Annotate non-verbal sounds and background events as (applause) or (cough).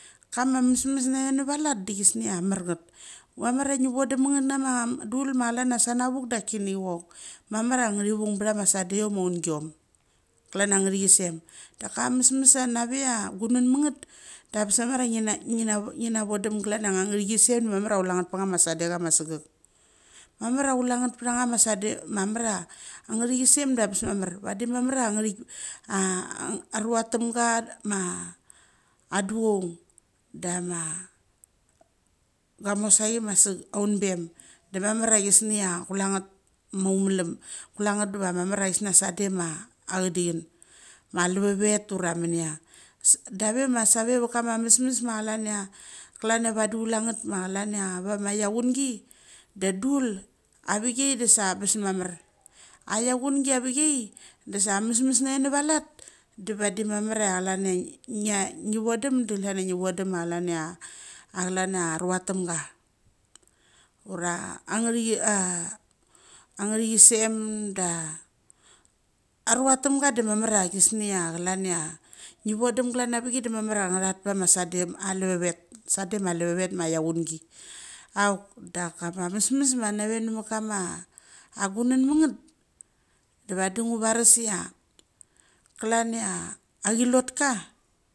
Kama mesmes nae nevalat degisnia marngeth ia ngi vodumaneth nama um dul ma klan a sanavuk dak chini chok. Mamara ngathi vungbthama sade iom ma aungiom. Klania ngathisem daka mesmes ma na ve ia gunenmaneth da bes sangchar ia ngi na ngi na vodum klan ia angathesem, mamar ia kule nget pangama sadea ma segek mamar ia kulengath pthanga sadek cha mamar a angathesem. Da bes mamar vadi mamar a ngethik a arucha motem ga (unintelligible) ma adu choung dama gamos sachi ma seg aunbem da mamar ia kisnia kulengath maulem kulenath maulem. Kulenath deva mamar a gisnia sade ma achadi chin mabvavet ura minia (unintelligible) da ve ma savi mit kama mesmes ma klan ia klan ia vadu kule ngeth ma klan ia vama laungi da dul avichi da sa bes mamar. Aiacchungi avai desa mesmes nae navalat da vadi mamar ia ngia (unintelligible) aru athamga ura angathisem da aruatemga da mamar ia gisnia klan ia ngi vodum klan ia vikai damamar a ngathat pama sadem alvavet sade ma lavavet ma laungi. Auk dak amesmes nave nevat kama agunanmanet da vadi ngu varas ia klan ia achilotka.